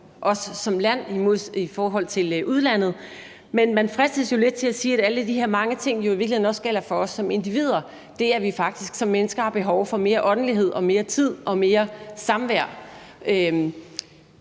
os som land i forhold til udlandet, men man fristes jo lidt til at sige, at alle de her mange ting jo i virkeligheden også gælder for os som individer – det, at vi som mennesker faktisk har behov for mere åndelighed og mere tid og mere samvær.